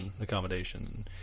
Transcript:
accommodation